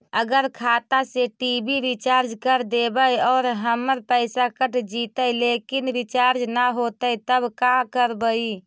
अगर खाता से टी.वी रिचार्ज कर देबै और हमर पैसा कट जितै लेकिन रिचार्ज न होतै तब का करबइ?